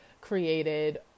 created